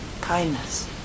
kindness